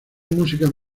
músicas